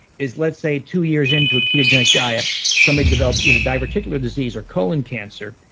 is let's say two years into a ketogenic diet somebody develops either diverticular disease or colon cancer,